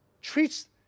treats